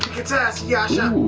its ass, yasha!